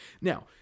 now